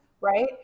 right